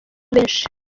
benshi